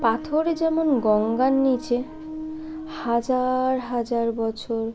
পাথর যেমন গঙ্গার নীচে হাজার হাজার বছর